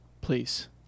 Please